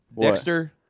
Dexter